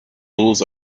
rules